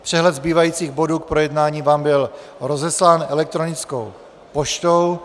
Přehled zbývajících bodů k projednání vám byl rozeslán elektronickou poštou.